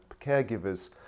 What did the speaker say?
caregivers